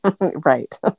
right